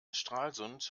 stralsund